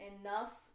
enough